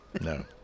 No